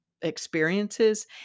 experiences